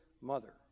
mother